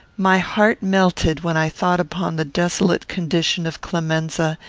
my heart melted when i thought upon the desolate condition of clemenza,